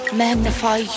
magnify